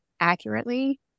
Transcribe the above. accurately